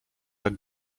tak